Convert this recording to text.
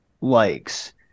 likes